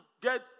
get